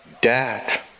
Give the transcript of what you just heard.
dad